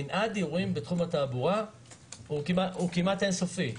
המנעד בתחום התחבורה הוא כמעט אין סופי,